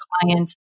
clients